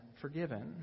forgiven